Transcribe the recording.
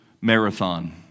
marathon